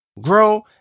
grow